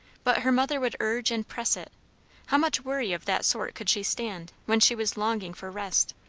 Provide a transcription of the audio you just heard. but her mother would urge and press it how much worry of that sort could she stand, when she was longing for rest?